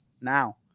now